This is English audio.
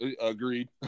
Agreed